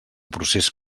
procés